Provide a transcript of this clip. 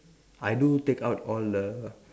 I do take out all the